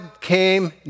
came